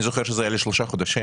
אני זוכר שפעם זה היה לשלושה חודשים.